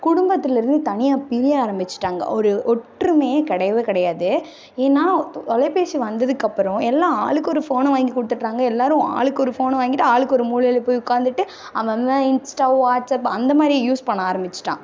குடும்பத்தில் இருந்து தனியாக பிரிய ஆரம்பிச்சிட்டாங்க ஒரு ஒற்றுமையே கிடையவே கிடையாது ஏன்னா தொ தொலைபேசி வந்ததுக்கு அப்புறம் எல்லாம் ஆளுக்கொரு ஃபோனை வாங்கி கொடுத்துட்றாங்க எல்லாரும் ஆளுக்கு ஒரு ஃபோனு வாங்கிகிட்டு ஆளுக்கொரு மூலையில் போய் உட்காந்துட்டு அவன் அவன் இன்ஸ்டா வாட்ஸ்அப் அந்தமாதிரி யூஸ் பண்ண ஆரம்பிச்சிட்டான்